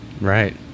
Right